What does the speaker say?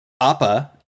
Appa